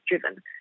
driven